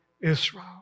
Israel